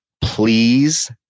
Please